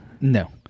No